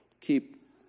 keep